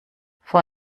vor